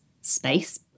space